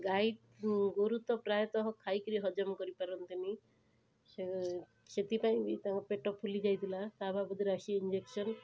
ଗାଈଗୋରୁ ତ ପ୍ରାୟତଃ ଖାଇ କରି ହଜମ କରିପାରନ୍ତିନି ଯେଉଁ ସେଥିପାଇଁ ତାଙ୍କ ପେଟ ଫୁଲିଯାଇଥିଲା ତା'ବାବଦରେ ଆସି ଇଞ୍ଜେକସନ୍